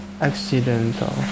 accidental